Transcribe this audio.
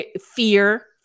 fear